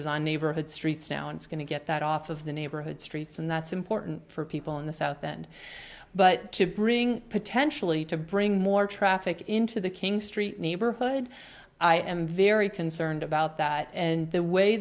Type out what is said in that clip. is our neighborhood streets now it's going to get that off of the neighborhood streets and that's important for people in the south and but to bring potentially to bring more traffic into the king street neighborhood i am very concerned about that and the way